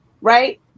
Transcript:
right